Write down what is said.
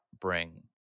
bring